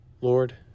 Lord